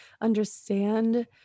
understand